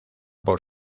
por